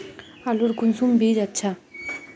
आलूर कुंसम बीज अच्छा?